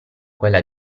quella